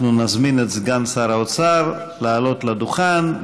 אנחנו נזמין את סגן שר האוצר לעלות לדוכן,